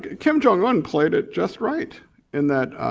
kim jong-un played it just right in that